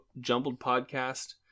jumbledpodcast